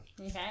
Okay